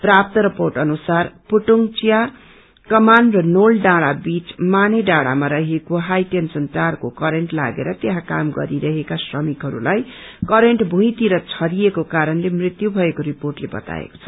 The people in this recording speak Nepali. प्राप्त रिपोर्ट अनुसार पुढुंग चिया कमान र नोल डाँडा बीच माने डाँडामा रहेको हाइटेन्सन तारको करेन्ट तागेर त्यहा क्राम गरिरहेका श्रमिकहस्ताई करेन्ट श्रेँहरित छरिएको कारणले मृत्यु भएको रिपोर्टले बताएको छ